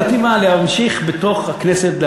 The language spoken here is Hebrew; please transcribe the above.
האלטרנטיבה: להמשיך בתוך הכנסת,